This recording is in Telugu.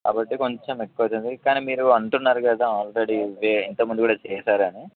కాబట్టి కొంచెం ఎక్కువ అవుతుంది కానీ మీరు అంటున్నారు కదా ఆల్రెడీ ఇ ఎంతముందు కూడా చేశారు అని